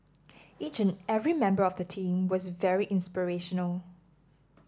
each and every member of the team was very inspirational